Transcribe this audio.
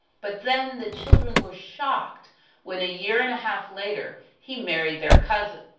but then, the children were shocked when a year and a half later he married their cousin,